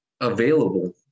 available